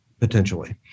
potentially